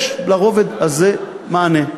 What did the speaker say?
יש לרובד הזה מענה.